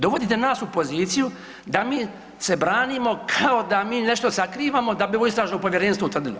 Dovodite nas u poziciju da mi se branimo kao da mi nešto sakrivamo da bi ovo istražno povjerenstvo utvrdilo.